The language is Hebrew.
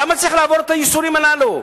למה צריך לעבור את הייסורים הללו?